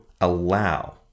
allow